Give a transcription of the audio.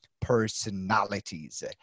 personalities